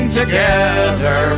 together